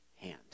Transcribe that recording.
hand